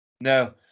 No